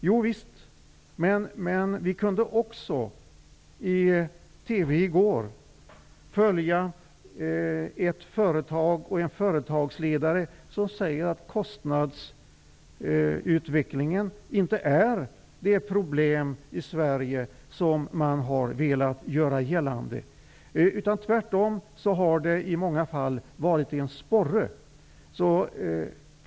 Jo, det är sant, men vi kunde i TV i går höra en företagsledare som sade att kostnadsutvecklingen inte är det problem i Sverige som man har velat göra gällande. Den har tvärtom i många fall utgjort en sporre.